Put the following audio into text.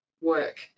work